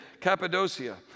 Cappadocia